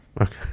Okay